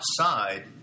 outside